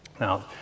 Now